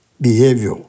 Behavior